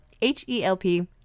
H-E-L-P